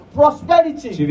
prosperity